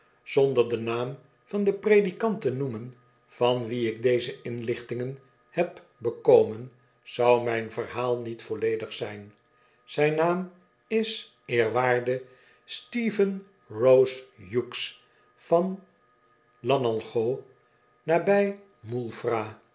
zonder den naam van den predikant te noemen van wien ik deze inlichtingen heb bekomen zou mijn verhaal niet volledig zijn zijn naam is de eerw stephen koose hughes van llanallgo nabij